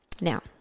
Now